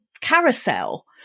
carousel